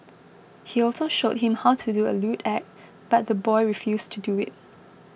he also showed him how to do a lewd act but the boy refused to do it